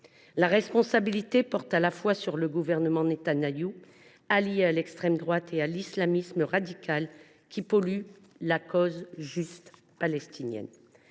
La responsabilité porte à la fois sur le gouvernement Netanyahou, allié à l’extrême droite, et sur l’islamisme radical, qui pollue la juste cause palestinienne.